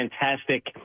fantastic